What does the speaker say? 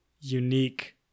unique